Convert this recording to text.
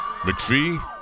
McPhee